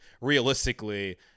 realistically